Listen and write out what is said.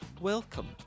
welcome